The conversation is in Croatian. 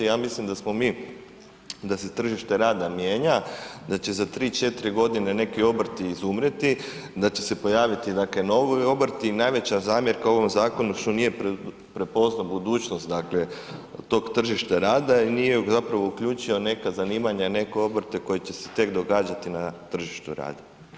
Ja mislim da smo mi, da se tržište rada mijenja, da će za 3, 4 godine neki obrti izumrijeti, da će se pojaviti dakle novi obrti i najveća zamjerka u ovom zakonu, što nije prepoznao budućnost dakle, tog tržišta rada i nije zapravo uključio neka zanimanja, neke obrte koji će se tek događati na tržištu rada.